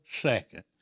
second